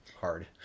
hard